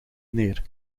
neer